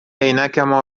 عینکمو